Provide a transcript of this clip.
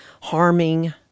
harming